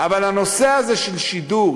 אבל הנושא הזה של שידור,